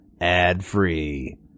ad-free